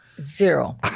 Zero